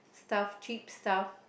stuff cheap stuff